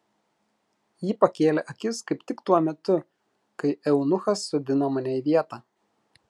ji pakėlė akis kaip tik tuo metu kai eunuchas sodino mane į vietą